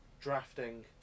drafting